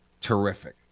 terrific